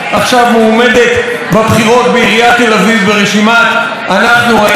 עכשיו מועמדת לבחירות בעיריית תל אביב ברשימת "אנחנו העיר",